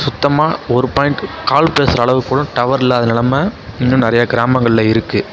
சுத்தமாக ஒரு point call பேசுகிற அளவுக்குக்கூட டவர் இல்லாத நிலமை இன்னும் நிறைய கிராமங்களில் இருக்குது